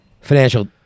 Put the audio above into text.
Financial